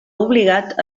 obligat